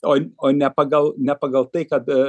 o ne pagal ne pagal tai kad